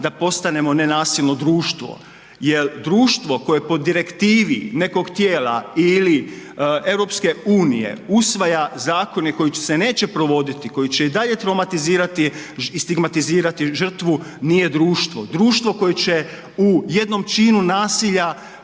da postanemo nenasilno društvo jel društvo koje po Direktivi nekog tijela ili EU usvaja zakone koji se neće provoditi, koji će i dalje traumatizirati i stigmatizirati žrtvu nije društvo, društvo koje će u jednom činu nasilja